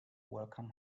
welcome